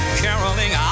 caroling